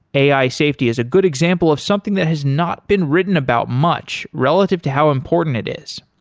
ai safety is a good example of something that has not been written about much relative to how important it is.